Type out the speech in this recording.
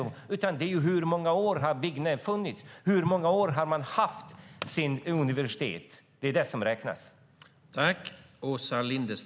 Det enda som räknas är hur många år som byggnaderna har funnits och hur många år som man har haft sitt universitet.